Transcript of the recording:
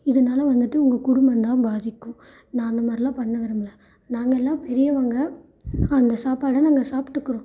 இதனால் வந்துவிட்டு உங்கள் குடும்பந்தான் பாதிக்கும் நான் அந்த மாதிரிலாம் பண்ண விரும்பலை நாங்கள் எல்லாம் பெரியவங்க அந்த சாப்பாட்ட நாங்கள் சாப்ட்டுக்கிறோம்